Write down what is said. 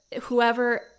whoever